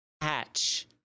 hatch